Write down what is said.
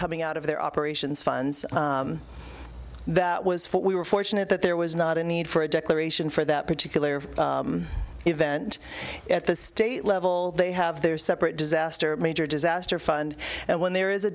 coming out of their operations funds that was for we were fortunate that there was not a need for a declaration for that particular event at the state level they have their separate disaster major disaster fund and when there is a